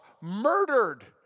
murdered